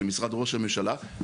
של משרד ראש הממשלה,